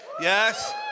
Yes